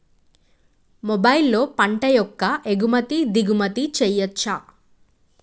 మొబైల్లో పంట యొక్క ఎగుమతి దిగుమతి చెయ్యచ్చా?